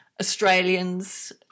Australians